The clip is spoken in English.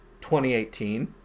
2018